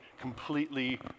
completely